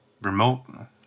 remote